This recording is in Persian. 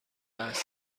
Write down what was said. است